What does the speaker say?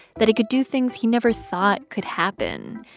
that he could do things he never thought could happen.